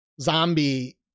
Zombie